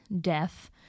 death